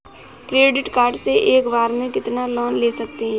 Credit card से एक बार में कितना लोन ले सकते हैं?